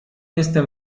jestem